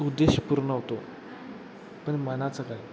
उद्देश पूर्ण होतो पण मनाचं काय